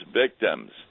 victims